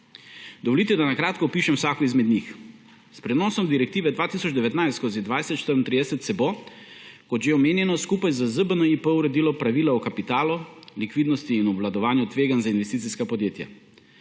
Dovolite, da kratko opišem vsako izmed njih. S prenosom Direktive 2019/2034 se bo, kot že omenjeno, skupaj z ZBNIP uredilo pravilo o kapitalu, likvidnosti in obvladovanju tveganj za investicijska podjetja.